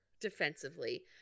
defensively